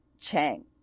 Chang